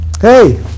Hey